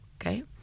Okay